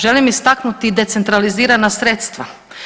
Želim istaknuti i decentralizirana sredstva.